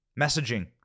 messaging